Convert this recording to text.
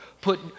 Put